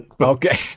Okay